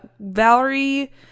Valerie